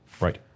Right